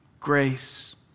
grace